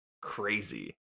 Crazy